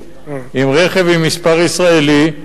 עם רכב עם מספר ישראלי.